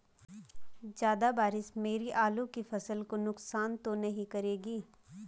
ज़्यादा बारिश मेरी आलू की फसल को नुकसान तो नहीं करेगी?